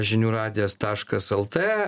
žinių radijas taškas lt